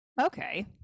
okay